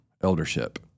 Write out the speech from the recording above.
eldership